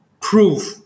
proof